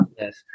Yes